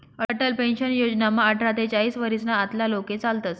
Atal pension योजनामा आठरा ते चाईस वरीसना आतला लोके चालतस